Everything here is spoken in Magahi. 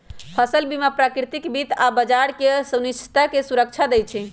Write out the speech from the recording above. फसल बीमा प्राकृतिक विपत आऽ बाजार के अनिश्चितता से सुरक्षा देँइ छइ